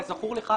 כזכור לך,